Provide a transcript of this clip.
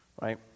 right